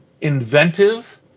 Inventive